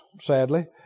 sadly